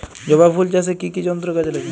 জবা ফুল চাষে কি কি যন্ত্র কাজে লাগে?